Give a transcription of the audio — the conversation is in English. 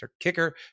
kicker